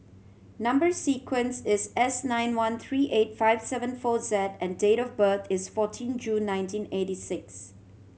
number sequence is S nine one three eight five seven four Z and date of birth is fourteen June nineteen eighty six